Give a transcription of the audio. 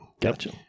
Gotcha